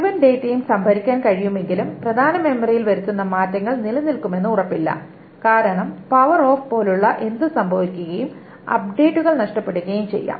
മുഴുവൻ ഡാറ്റയും സംഭരിക്കാൻ കഴിയുമെങ്കിലും പ്രധാന മെമ്മറിയിൽ വരുത്തുന്ന മാറ്റങ്ങൾ നിലനിൽക്കുമെന്ന് ഉറപ്പില്ല കാരണം പവർ ഓഫ് പോലുള്ള എന്തും സംഭവിക്കുകയും അപ്ഡേറ്റുകൾ നഷ്ടപ്പെടുകയും ചെയ്യാം